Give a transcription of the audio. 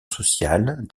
sociale